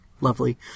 lovely